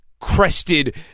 crested